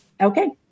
Okay